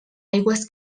aigües